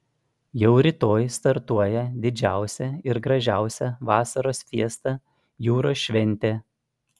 jau rytoj startuoja didžiausia ir gražiausia vasaros fiesta jūros šventė